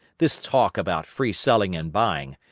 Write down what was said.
this talk about free selling and buying,